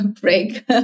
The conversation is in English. break